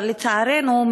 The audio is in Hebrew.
אבל לצערנו,